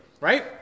right